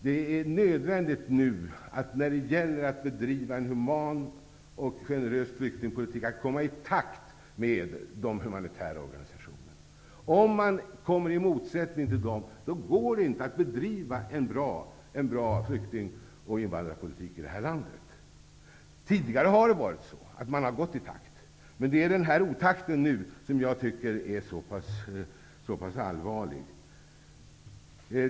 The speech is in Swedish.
Det är nödvändigt när en human och generös flyktingpolitik skall bedrivas att komma i takt med de humanitära organisationerna. Om man kommer i motsättning till dem går det inte att bedriva en bra flykting och invandrarpolitik i det här landet. Man har tidigare varit i takt. Men det är den nu rådande otakten som jag tycker är så pass allvarlig.